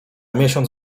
miesiąc